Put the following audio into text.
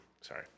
sorry